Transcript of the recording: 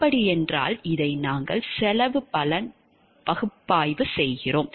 அப்படியென்றால் இதை நாங்கள் செலவு பலன் பகுப்பாய்வு செய்கிறோம்